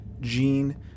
Gene